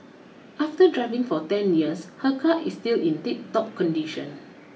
after driving for ten years her car is still in tip top condition